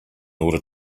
order